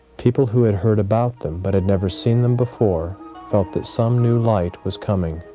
people who had heard about them but had never seen them before felt that some new light was coming.